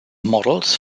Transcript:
models